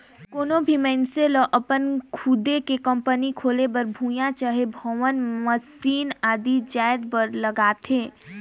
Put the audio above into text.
कोनो भी मइनसे लअपन खुदे के कंपनी खोले बर भुंइयां चहे भवन, मसीन आदि जाएत बर लागथे